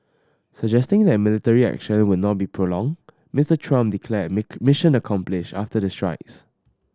suggesting that the military action would not be prolonged Mister Trump declared mission accomplished after the strikes